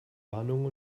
warnungen